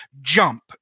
jump